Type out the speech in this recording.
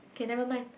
k nevermind